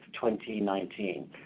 2019